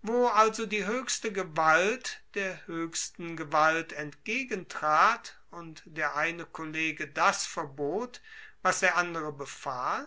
wo also die hoechste gewalt der hoechsten gewalt entgegentrat und der eine kollege das verbot was der andere befahl